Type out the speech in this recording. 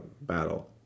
Battle